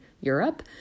Europe